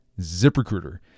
ZipRecruiter